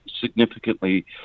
significantly